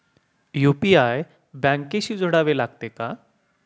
UPI बँकेशी जोडावे लागते का?